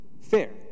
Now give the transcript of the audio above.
fair